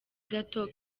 gato